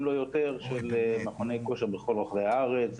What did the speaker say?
לא יותר של מכוני כושר בכל רחבי הארץ.